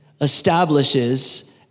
establishes